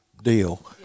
deal